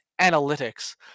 analytics